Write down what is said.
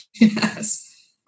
Yes